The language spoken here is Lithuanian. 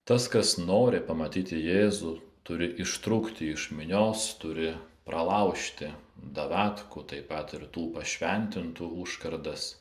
tas kas nori pamatyti jėzų turi ištrūkti iš minios turi pralaužti davatkų taip pat ir tų pašventintų užkardas